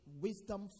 Wisdom